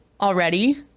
already